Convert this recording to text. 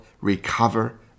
recover